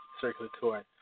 circulatory